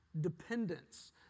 dependence